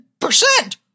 percent